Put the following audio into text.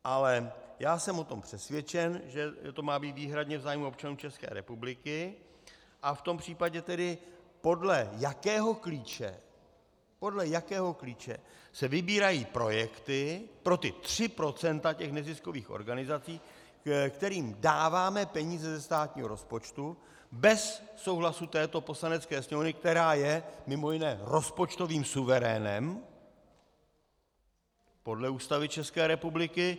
Ale já jsem o tom přesvědčen, že to má být výhradně v zájmu občanů České republiky, a v tom případě tedy podle jakého klíče, podle jakého klíče se vybírají projekty pro ty tři procenta těch neziskových organizací, kterým dáváme peníze ze státního rozpočtu bez souhlasu této Poslanecké sněmovny, která je mimo jiné rozpočtovým suverénem podle Ústavy České republiky.